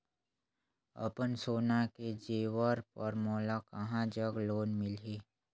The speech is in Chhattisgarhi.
अपन सोना के जेवर पर मोला कहां जग लोन मिलही?